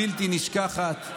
בלתי נשכחת,